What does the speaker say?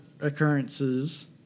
occurrences